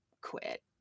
quit